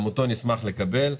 גם אותו נשמח לקבל.